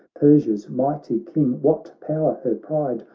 persia's mighty king, what power her pride,